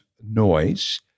noise